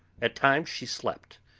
at times she slept,